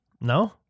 No